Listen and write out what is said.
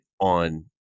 on